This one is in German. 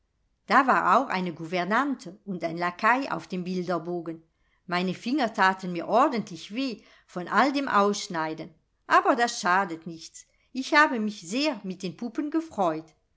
da war auch eine gouvernante und ein lakai auf dem bilderbogen meine finger taten mir ordentlich weh von all dem ausschneiden aber das schadet nichts ich habe mich sehr mit den puppen gefreut